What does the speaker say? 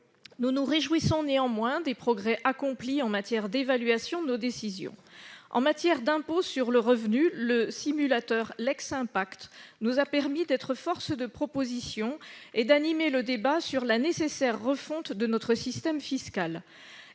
Nous nous réjouissons néanmoins des progrès accomplis en termes d'évaluation de nos décisions. En matière d'impôt sur le revenu, le simulateur LexImpact nous a permis d'être force de proposition et d'animer le débat sur la nécessaire refonte de notre système fiscal.